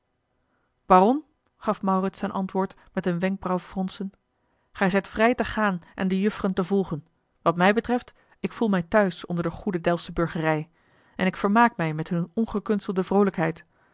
baron gaf maurits ten antwoord met een wenkbrauwfronsen gij zijt vrij te gaan en de jufferen te volgen wat mij betreft ik voel mij thuis onder de goede delftsche burgerij en ik vermaak mij met hunne ongekunstelde vroolijkheid